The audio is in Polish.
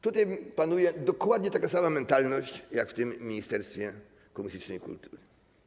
Tutaj panuje dokładnie taka sama mentalność jak w tym ministerstwie komunistycznej kultury.